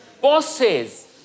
Bosses